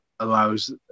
allows